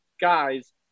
guys